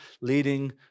leading